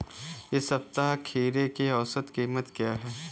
इस सप्ताह खीरे की औसत कीमत क्या है?